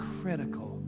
critical